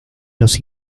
los